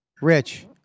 Rich